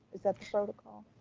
is that the protocol?